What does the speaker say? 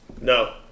No